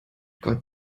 gott